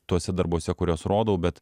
tuose darbuose kuriuos rodau bet